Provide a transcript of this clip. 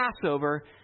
Passover